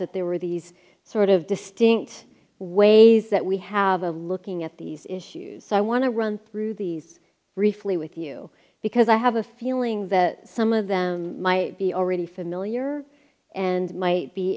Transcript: that there were these sort of distinct ways that we have of looking at these issues so i want to run through these briefly with you because i have a feeling that some of them might be already familiar and might be